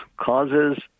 causes